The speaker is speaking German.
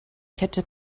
kette